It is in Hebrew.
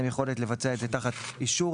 לבצע את זה תחת אישור,